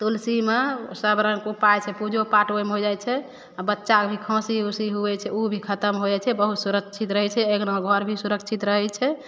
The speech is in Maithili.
तुलसी मे सब रङ्ग के ऊपाय छै पूजो पाठ ओइमे होइ जाइ छै बच्चा के भी खाँसी ऊसी हुवै छै ऊ भी खतम होइ जाइ छै बहुत सुरक्षित रहै छै अँगना घर भी सुरक्षित रहै छै